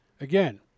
again